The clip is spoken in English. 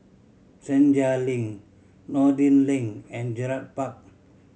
Senja Link Noordin Lane and Gerald Park